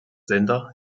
sender